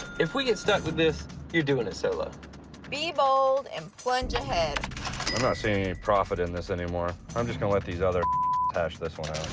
if we get stuck with this you're doing it solo be bold and plunge ahead i'm not seeing any profit in this anymore i'm just gonna let these other hash this one